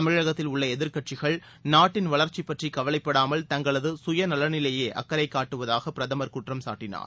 தமிழகத்தில் உள்ள எதிர்க்கட்சிகள் நாட்டின் வளர்ச்சி பற்றி கவலைப்படாமல் தங்களது சுயநலனிலேயே அக்கறைகாட்டுவதாக பிரதமர் குற்றம் சாட்டினார்